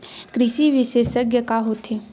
कृषि विशेषज्ञ का होथे?